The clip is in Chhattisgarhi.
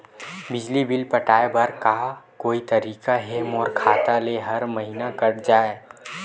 बिजली बिल पटाय बर का कोई तरीका हे मोर खाता ले हर महीना कट जाय?